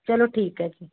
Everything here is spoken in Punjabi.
ਚਲੋ ਠੀਕ ਹੈ ਜੀ